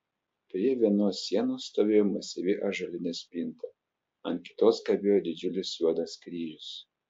prie vienos sienos stovėjo masyvi ąžuolinė spinta ant kitos kabėjo didžiulis juodas kryžius